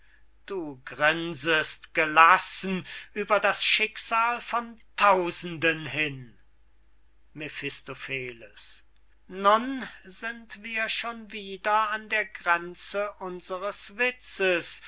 du grinsest gelassen über das schicksal von tausenden hin mephistopheles nun sind wir schon wieder an der gränze unsres witzes